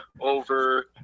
over